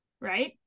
right